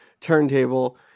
turntable